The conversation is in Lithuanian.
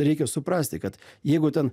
reikia suprasti kad jeigu ten